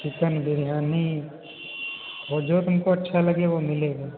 chicken biryani जो जो तुमको अच्छा लगे वो मिलेगा